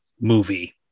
movie